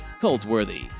cult-worthy